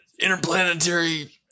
interplanetary